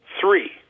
three